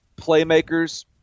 playmakers